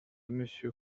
monsieur